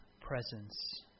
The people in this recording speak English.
presence